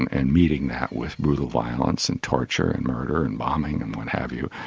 and and meeting that with brutal violence and torture and murder and bombing and what have you,